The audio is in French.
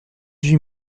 huit